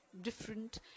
different